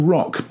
Rock